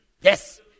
Yes